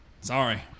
Sorry